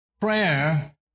Prayer